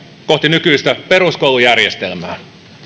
kohti nykyistä peruskoulujärjestelmää